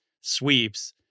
sweeps